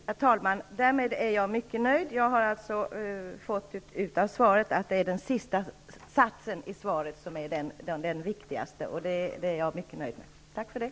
Herr talman! Därmed är jag mycket nöjd. Jag har alltså fått ut av svaret att det är den sista satsen i svaret som är den riktigaste. Det är jag mycket nöjd med och tackar än en gång.